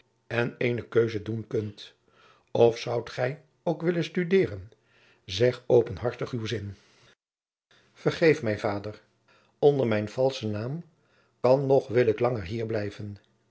en eene keuze doen kunt of zoudt gij ook willen studeeren zeg openhartig uw zin vergeef mij vader onder mijn valschen naam kan noch wil ik langer hier blijven